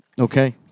Okay